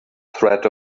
threat